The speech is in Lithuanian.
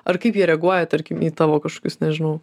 ar kaip jie reaguoja tarkim į tavo kažkokius nežinau